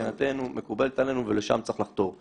מבחינתנו מקובלת עלינו ולשם צריך לחתור.